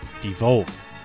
devolved